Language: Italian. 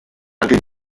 anche